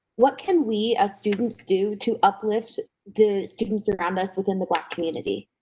what can we as students do to uplift the students around us within the black community?